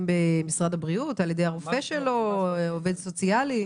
במשרד הבריאות על ידי הרופא שלו או עובד סוציאלי?